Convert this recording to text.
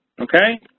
okay